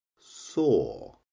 saw